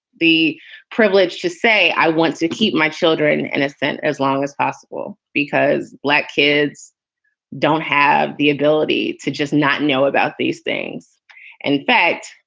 the privilege to say, i want to keep my children innocent as long as possible because black kids don't have the ability to just not know about these things in fact,